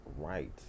right